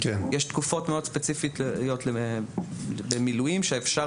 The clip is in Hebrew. יש תקופות מאוד ספציפיות למילואים שאפשר